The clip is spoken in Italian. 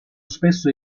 spesso